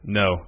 no